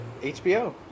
HBO